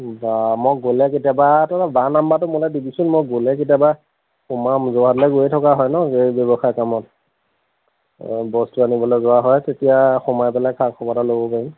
বা মই গ'লে কেতিয়াবা তোমাৰ বাৰ নাম্বাৰটো মোলৈ দিবিচোন মই গ'লে কেতিয়াবা সোমাম যোৰহাটলে গৈ থকা হয় ন এই ব্যৱসায় কামত অঁ বস্তু আনিবলে যোৱা হয় তেতিয়া সোমাই পেলাই খা খবৰ এটা ল'ব পাৰিম